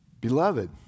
beloved